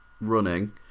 running